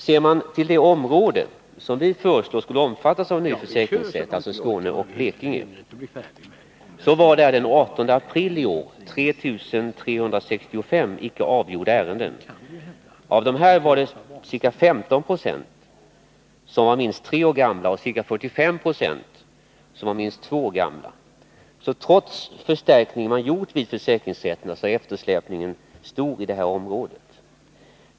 Ser man till det område som vi föreslår skulle omfattas av en ny försäkringsrätt — alltså Skåne och Blekinge — fanns där den 18 april i år 3 365 icke avgjorda ärenden. Av dessa var ca 15 20 minst tre år gamla och ca 45 Zo minst två år gamla. Trots den förstärkning sc” gjorts vid försäkringsrätterna är eftersläpningen stor i detta område.